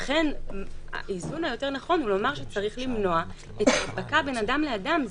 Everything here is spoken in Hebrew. לכן האיזון היותר נכון הוא לומר שצריך למנוע הדבקה בין אדם לאדם.